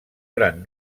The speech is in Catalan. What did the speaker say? gran